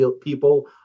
people